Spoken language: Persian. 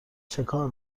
چکار